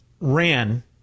ran